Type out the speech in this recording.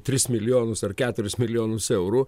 tris milijonus ar keturis milijonus eurų